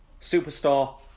Superstar